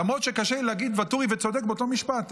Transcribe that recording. למרות שקשה לי להגיד ואטורי וצודק באותו משפט.